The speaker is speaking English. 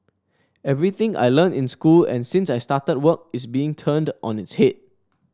everything I learnt in school and since I started work is being turned on its head